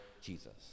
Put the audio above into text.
Jesus